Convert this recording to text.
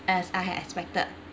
as I had expected